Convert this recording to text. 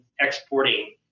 exporting